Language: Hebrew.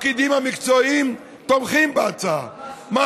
הפקידים המקצועיים תומכים בהצעה, מה